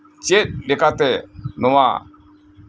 ᱪᱮᱫ ᱞᱮᱠᱟᱛᱮ ᱱᱚᱶᱟ